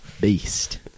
Beast